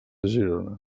girona